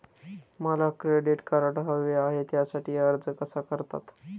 मला credit card हवे आहे त्यासाठी अर्ज कसा करतात?